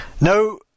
no